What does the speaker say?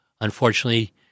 unfortunately